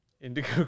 Indigo